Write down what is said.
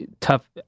tough